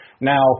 Now